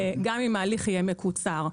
גם אם ההליך יהיה מקוצר.